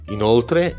Inoltre